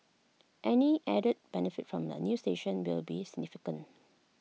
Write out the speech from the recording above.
any added benefit from A new station will be significant